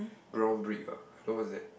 brown brick ah I don't know what's that